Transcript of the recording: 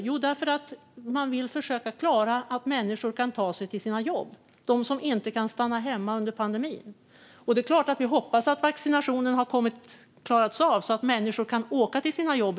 Jo, därför att man vill försöka se till att människor kan ta sig till sina jobb, de som inte kan stanna hemma under pandemin. Det är klart att vi hoppas att vaccinationen har klarats av till hösten så att människor då kan åka till sina jobb.